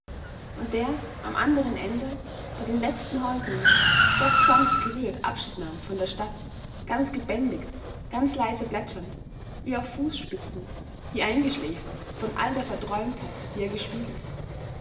und der am anderen ende bei den letzten häusern doch sanft gerührt abschied nahm von der stadt ganz gebändigt ganz leise plätschernd wie auf fußspitzen wie eingeschläfert von all der verträumtheit die er gespiegelt